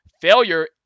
failure